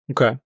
Okay